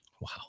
Wow